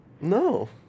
No